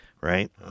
right